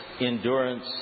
endurance